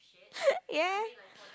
ya